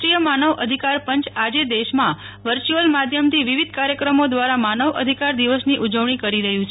રાષ્ટ્રીય માનવ અધિકારપંચ આજે દેશમાં વર્ચુઅલ માધ્યમથી વિવિધ કાર્યક્રમો દ્વારા માનવ અધિકાર દિવસની ઉજવણી કરી રહ્યું છે